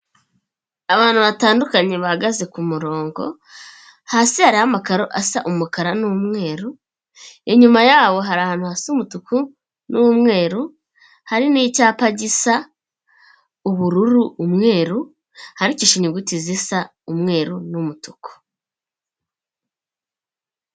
Abantu batandukanye bahagaze ku murongo, hasi hariho amakaro asa umukara n'umweru, inyuma yabo hari ahantu hasi umutuku n'umweru, hari n'icyapa gisa ubururu, umweru, handikishije inyuguti zisa umweru n'umutuku.